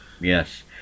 Yes